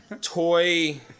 toy